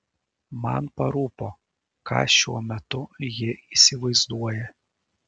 man parūpo ką šiuo metu ji įsivaizduoja